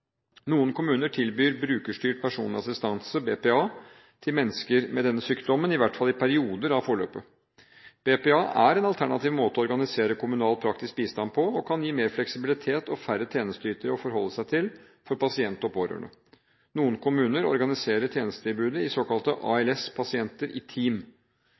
Noen kommuner tilbyr brukerstyrt personlig assistanse, BPA, til mennesker med denne sykdommen, i hvert fall i perioder av forløpet. BPA er en alternativ måte å organisere kommunal praktisk bistand på, og kan gi mer fleksibilitet og færre tjenesteytere å forholde seg til for pasient og pårørende. Noen kommuner organiserer tjenestetilbudet til såkalte ALS-pasienter i team.